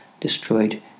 destroyed